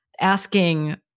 asking